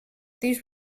these